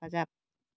हेफाजाब